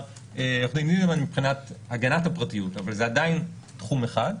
עורך דין אידלמן מבחינת הגנת הפרטיות אבל זה עדיין תחום אחד,